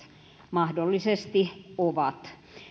mahdollisesti